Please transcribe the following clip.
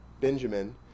Benjamin